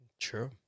true